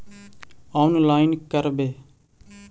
Online करवे?